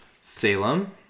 Salem